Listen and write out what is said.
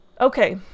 Okay